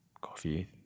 coffee